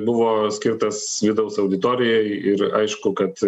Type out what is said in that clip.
buvo skirtas vidaus auditorijai ir aišku kad